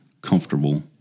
comfortable